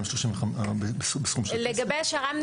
לגבי השר"מ,